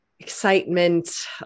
excitement